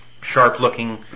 sharp-looking